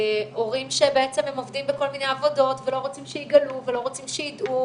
הורים שעובדים בכל מיני עבודות ולא רוצים שיגלו ולא רוצים שיידעו,